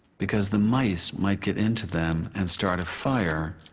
because the mice might get into them and start a fire.